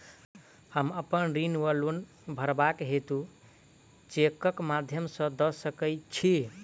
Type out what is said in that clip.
हम अप्पन ऋण वा लोन भरबाक हेतु चेकक माध्यम सँ दऽ सकै छी?